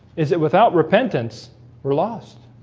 is it without repentance we're lost